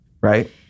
right